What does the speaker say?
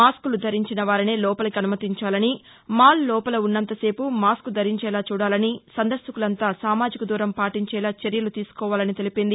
మాస్కులు ధరించినవారినే లోపలికి అనుమతించాలని మాల్ లోపల ఉన్నంతసేపూ మాస్కు ధరించేలా చూడాలని సందర్శకులంతా సామాజిక దూరం పాటించేలా చర్యలు తీసుకోవాలని తెలిపింది